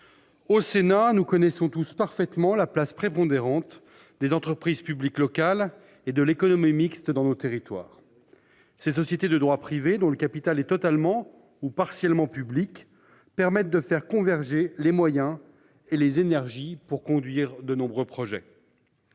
au Sénat, nous connaissons tous parfaitement la place prépondérante des entreprises publiques locales et de l'économie mixte à l'échelle de nos territoires. Ces sociétés de droit privé, dont le capital est totalement ou partiellement public, permettent de faire converger les moyens et les énergies pour conduire nombre de projets,